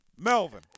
Melvin